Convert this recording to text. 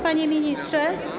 Panie Ministrze!